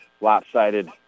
Lopsided